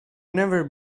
never